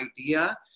idea